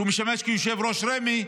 שמשמש כיושב-ראש רמ"י,